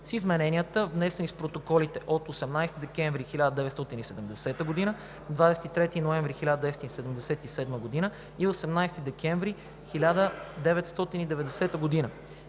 (с измененията, внесени с протоколите от 18 декември 1970 г., 23 ноември 1977 г. и 18 декември 1990 г.)